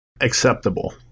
acceptable